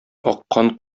аккан